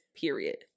period